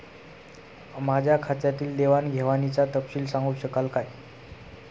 माझ्या खात्यातील देवाणघेवाणीचा तपशील सांगू शकाल काय?